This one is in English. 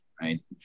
right